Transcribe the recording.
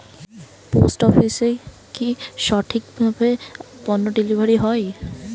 Post অফিসে কি সঠিক কিভাবে পন্য ডেলিভারি হয়?